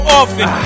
often